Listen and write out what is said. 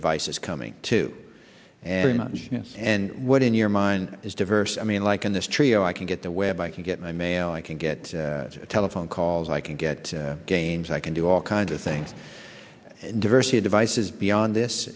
devices coming to an end and what in your mind is diverse i mean like in this trio i can get the web i can get my mail i can get telephone calls i can get gains i can do all kinds of things diversity of devices beyond this